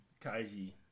Kaiji